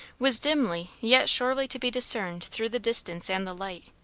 was dimly yet surely to be discerned through the distance and the light,